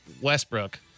Westbrook